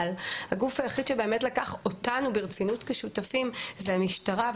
אבל הגוף היחיד שבאמת לקח אותנו ברצינות כשותפים זה המשטרה,